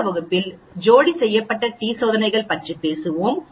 அடுத்த வகுப்பில் ஜோடி செய்யப்பட்ட டி சோதனைகள் பற்றி பேசுவோம்